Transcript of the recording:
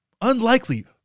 Unlikely